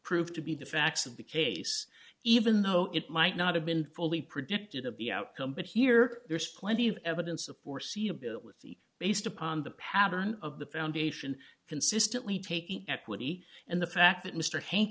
proved to be the facts of the case even though it might not have been fully predicted of the outcome but here there's plenty of evidence of foreseeability based upon the pattern of the foundation consistently taking equity and the fact that mr hank